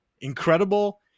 incredible